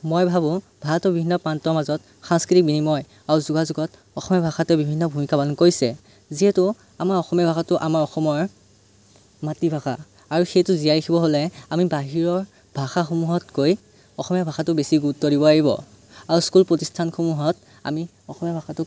মই ভাবোঁ ভাৰতৰ বিভিন্ন প্ৰান্তৰ মাজত সাংস্কৃতিক বিনিময় আৰু যোগাযোগত অসমীয়া ভাষাটো বিভিন্ন ভূমিকা পালন কৰিছে যিহেতু আমাৰ অসমীয়া ভাষাটো আমাৰ অসমৰ মাতৃভাষা আৰু সেইটো জীয়াই ৰাখিব হ'লে আমি বাহিৰৰ ভাষাসমূহতকৈ অসমীয়া ভাষাটো বেছি গুৰুত্ব দিব লাগিব আৰু স্কুল প্ৰতিষ্ঠানসমূহত আমি অসমীয়া ভাষাটোক